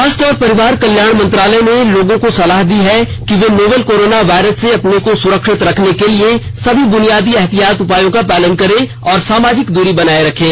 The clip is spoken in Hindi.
स्वास्थ्य और परिवार कल्याण मंत्रालय ने लोगों को सलाह दी है कि वे नोवल कोरोना वायरस से अपने को सुरक्षित रखने के लिए सभी बुनियादी एहतियाती उपायों का पालन करें और सामाजिक दूरी बनाए रखें